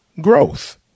growth